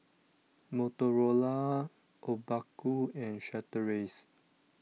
Motorola Obaku and Chateraise